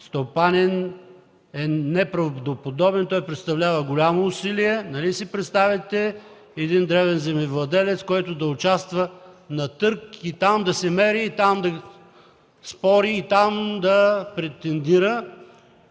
стопанин е неправдоподобен. Той представлява голямо усилие. Нали си представяте един дребен земевладелец, който да участва на търг и там да се мери, там да спори, там да претендира